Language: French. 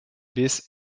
bis